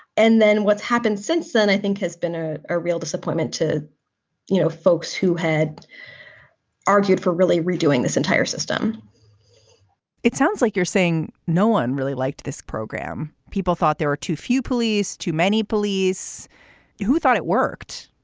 and then what's happened since then, i think has been a ah real disappointment to you know folks who had argued for really redoing this entire system it sounds like you're saying no one really liked this program. people thought there were too few police, too many police who thought it worked